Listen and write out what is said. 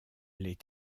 les